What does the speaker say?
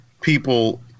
people